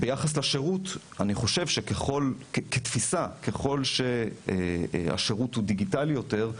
אני חושב כתפיסה שככל שהשירות הוא דיגיטלי יותר,